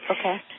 Okay